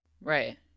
Right